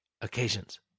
occasions